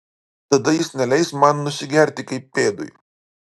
tada jis neleis man nusigerti kaip pėdui